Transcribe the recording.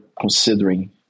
considering